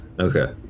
Okay